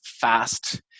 fast